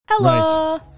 Hello